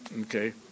Okay